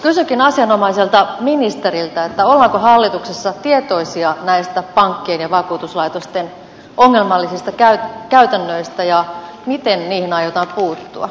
kysynkin asianomaiselta ministeriltä ollaanko hallituksessa tietoisia näistä pankkien ja vakuutuslaitosten ongelmallisista käytännöistä ja miten niihin aiotaan puuttua